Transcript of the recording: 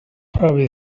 probably